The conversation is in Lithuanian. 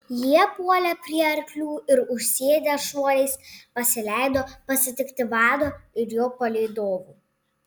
jie puolė prie arklių ir užsėdę šuoliais pasileido pasitikti vado ir jo palydovų